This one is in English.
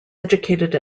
educated